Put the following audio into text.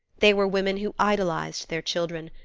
they were women who idolized their children,